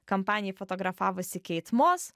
kampanijai fotografavosi keit mos